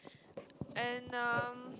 and um